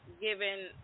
given